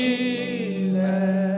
Jesus